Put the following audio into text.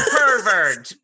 pervert